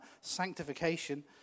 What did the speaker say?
sanctification